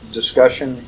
discussion